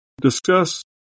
discuss